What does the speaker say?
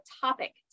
topic